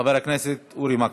חבר הכנסת אורי מקלב.